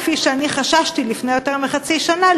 כפי שאני חששתי לפני יותר מחצי שנה,